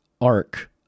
arc